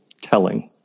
telling